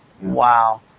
Wow